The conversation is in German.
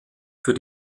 für